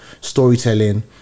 storytelling